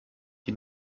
die